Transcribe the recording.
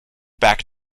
back